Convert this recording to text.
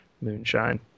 Moonshine